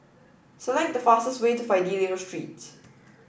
select the fastest way to Fidelio Street